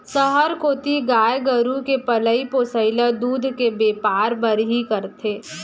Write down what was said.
सहर कोती गाय गरू के पलई पोसई ल दूद के बैपार बर ही करथे